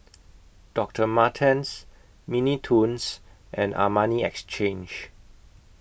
Doctor Martens Mini Toons and Armani Exchange